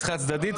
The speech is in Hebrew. --- חד-צדדית.